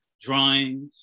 drawings